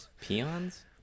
Peons